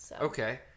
Okay